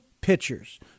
pitchers